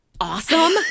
awesome